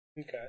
Okay